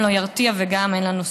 זה גם לא ירתיע וגם אין לנו זכות.